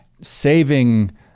saving